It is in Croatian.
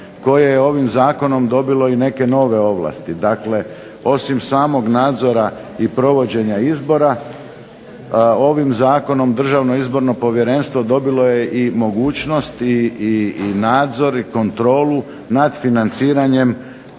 koje je ovim zakonom dobilo i neke nove ovlasti. Dakle, osim samog nadzora i provođenja izbora ovim zakonom Državno izborno povjerenstvo dobilo je i mogućnost i nadzor i kontrolu nad financiranjem